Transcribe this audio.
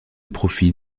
profit